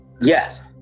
Yes